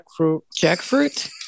Jackfruit